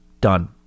Done